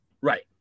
Right